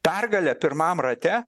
pergale pirmam rate